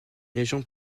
région